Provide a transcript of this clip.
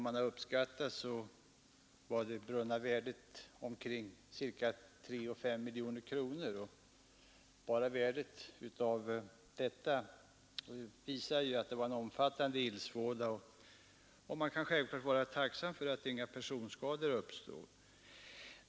Man har uppskattat värdet av det brunna till mellan 3 och 5 miljoner kronor, och bara det visar ju att det var en omfattande eldsvåda. Man kan givetvis vara tacksam för att inga personskador uppstod.